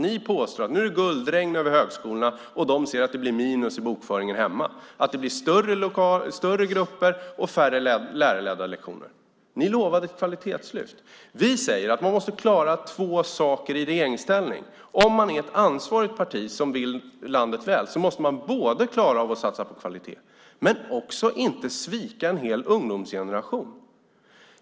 Ni påstår att det är ett guldregn över högskolorna, och de ser att det blir minus i bokföringen hemma, att det blir större grupper och färre lärarledda lektioner. Ni lovade ett kvalitetslyft. Vi säger att man måste klara två saker i regeringsställning. Om man är ett ansvarigt parti som vill landet väl måste man dels klara av att satsa på kvalitet, dels inte svika en hel ungdomsgeneration.